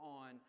on